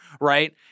right